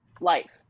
life